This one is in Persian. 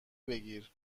بگیر